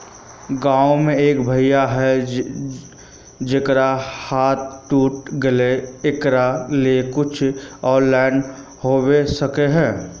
गाँव में एक भैया है जेकरा हाथ टूट गले एकरा ले कुछ ऑनलाइन होबे सकते है?